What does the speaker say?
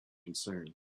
concern